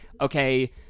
okay